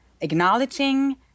acknowledging